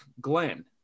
glenn